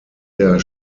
der